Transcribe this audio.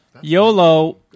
Yolo